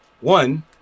One